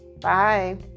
bye